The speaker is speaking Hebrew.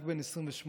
רק בן 28,